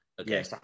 Okay